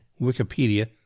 Wikipedia